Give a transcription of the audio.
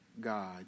God